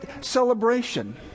celebration